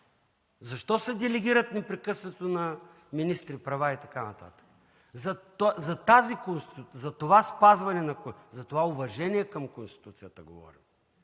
Защо се делегират непрекъснато на министри права и така нататък. За това уважение към Конституцията говорим.